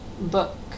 book